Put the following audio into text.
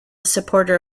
supporter